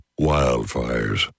wildfires